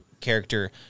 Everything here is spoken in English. character